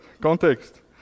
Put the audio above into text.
Context